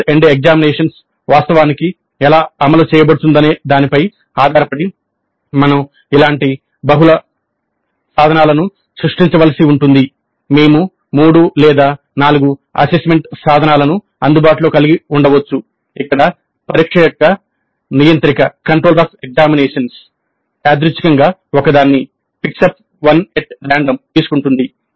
semester end examination వాస్తవానికి ఎలా అమలు చేయబడుతుందనే దానిపై ఆధారపడి మనం అలాంటి బహుళ సాధనాలను సృష్టించవలసి ఉంటుంది మేము మూడు లేదా నాలుగు అసెస్మెంట్ సాధనాలను అందుబాటులో కలిగి ఉండవచ్చు ఇక్కడ పరీక్ష యొక్క నియంత్రిక తీసుకుంటుంది